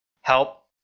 help